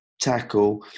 tackle